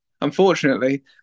unfortunately